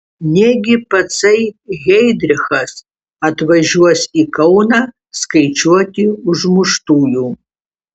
negi patsai heidrichas atvažiuos į kauną skaičiuoti užmuštųjų